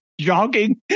jogging